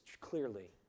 clearly